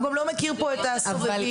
הוא גם לא מכיר את הסובבים,